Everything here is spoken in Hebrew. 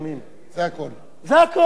ונעביר את זה לוועדת חוץ וביטחון,